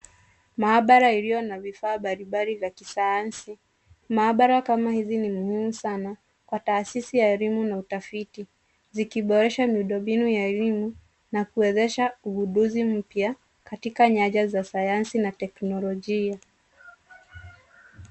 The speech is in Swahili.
Maabara iliyo na vifaa mbalimbali vya kisayansi ,maabara kama hizi ni muhimu sana kwa taasisi ya elimu na utafiti zikiboresha miundo mbinu ya elimu na kuwezesha ugunduzi mpya katika nyanja za sayansi na teknolojia.